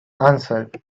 answered